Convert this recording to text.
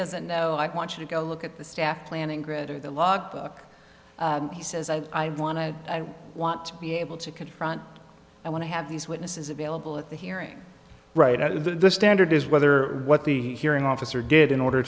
doesn't know i want you to go look at the staff planning grid or the log book he says i want to i want to be able to confront i want to have these witnesses available at the hearing right up to the standard is whether what the hearing officer did in order